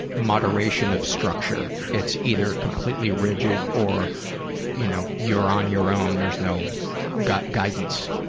moderation of structure. it's either completely rigid or you know, you're on your own there's no guidance.